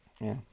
Yeah